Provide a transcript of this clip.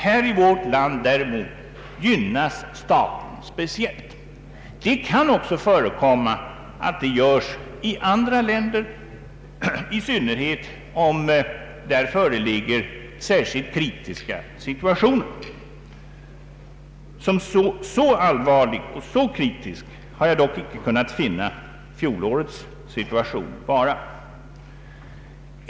Här i vårt land gynnas däremot staten speciellt. Sådant kan också förekomma i andra länder, i synnerhet om där föreligger särskilt kritiska situationer. Som så allvarlig har jag dock inte kunnat finna fjolårets situation vara.